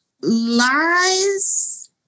lies